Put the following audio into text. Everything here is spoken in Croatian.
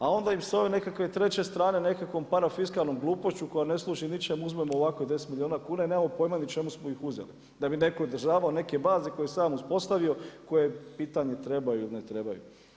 A onda sa ove treće strane nekakvom parafiskalnom glupošću koja ne služi ničemu uzmemo ovako 10 milijuna kuna i nemamo pojma ni čemu smo ih uzeli, da bi netko održavao neke baze koje je sam uspostavio, koje pitanje je trebaju li ili ne trebaju.